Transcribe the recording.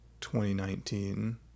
2019